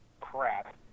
crap